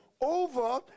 over